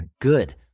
Good